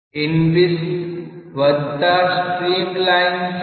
inviscid streamline સાથે